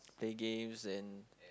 play games and